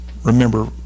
remember